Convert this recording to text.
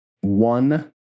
one